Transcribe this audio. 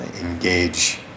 engage